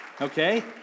Okay